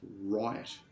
riot